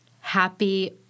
happy